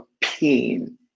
pain